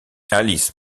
alice